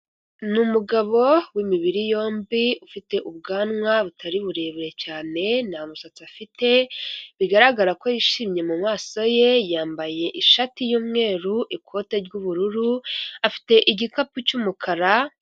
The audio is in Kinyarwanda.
Ni umugabo w'imibiri yombi ufite ubwanwa butari burebure cyane, nta musatsi afite. Bigaragara ko yishimye mu maso ye, yambaye ishati y'umweru, ikote ry'ububururu, afite igikapu cy'umukara.